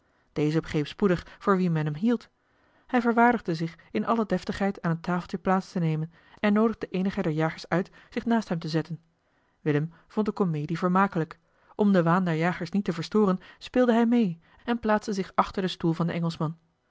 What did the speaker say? deze begreep spoedig voor wien men hem hield hij verwaardigde zich in alle deftigheid aan een tafeltje plaats te nemen en noodigde eenige der jagers uit zich naast hem te zetten willem vond de komedie vermakelijk om den waan der jagers niet te verstoren speelde hij mee en plaatste zich achter den stoel van den engelschman